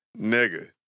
Nigga